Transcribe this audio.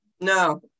No